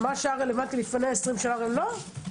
מה שהיה רלוונטי לפני 20 שנה לא.